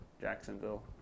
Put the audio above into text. Jacksonville